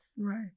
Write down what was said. Right